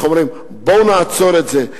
איך אומרים: בואו נעצור את זה,